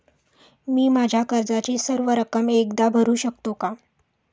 मी माझ्या कर्जाची सर्व रक्कम एकदा भरू शकतो का?